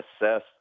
assess